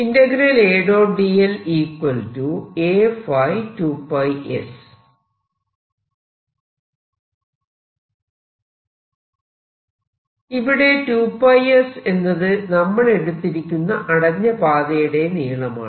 ഇവിടെ 2 s എന്നത് നമ്മളെടുത്തിരിക്കുന്ന അടഞ്ഞ പാതയുടെ നീളമാണ്